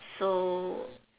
so